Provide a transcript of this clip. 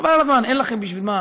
חבל על הזמן, אין לכם בשביל מה.